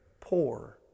poor